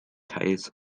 teils